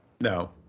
No